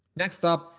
next up,